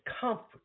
comfort